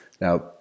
Now